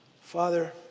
Father